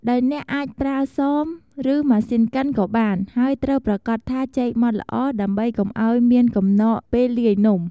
ដោយអ្នកអាចប្រើសម រឺម៉ាស៊ីនកិនក៏បាន ហើយត្រូវប្រាកដថាចេកម៉ដ្ឋល្អ ដើម្បីកុំឲ្យមានកំណកពេលលាយនំ។